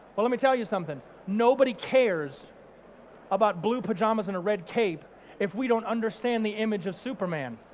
well let me tell you something, nobody cares about blue pajamas and a red cape if we don't understand the image of superman.